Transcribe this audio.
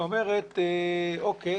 שאומרת אוקיי,